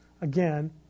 again